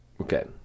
Okay